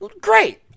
Great